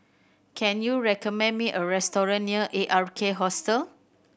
can you recommend me a restaurant near A R K Hostel